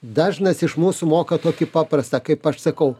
dažnas iš mūsų moka tokį paprastą kaip aš sakau